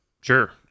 Sure